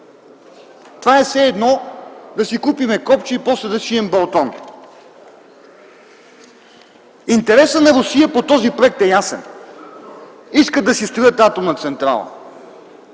Това е все едно да си купим копче и после да шием балтон. Интересът на Русия по този проект е ясен – искат да си строят атомна централа.